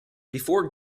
before